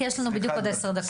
כי יש לנו בדיוק עוד עשר דקות,